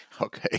Okay